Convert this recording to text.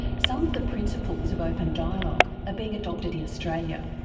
some of the principles of open dialogue are being adopted in australia,